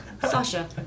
Sasha